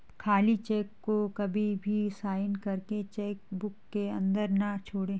खाली चेक को कभी भी साइन करके चेक बुक के अंदर न छोड़े